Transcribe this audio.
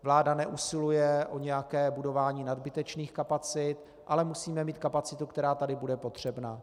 Vláda neusiluje o nějaké budování nadbytečných kapacit, ale musíme mít kapacitu, která tady bude potřebná.